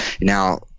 Now